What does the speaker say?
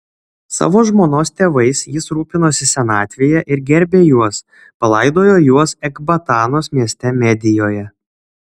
savo žmonos tėvais jis rūpinosi senatvėje ir gerbė juos palaidojo juos ekbatanos mieste medijoje